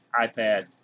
iPad